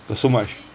got so much